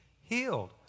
healed